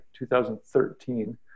2013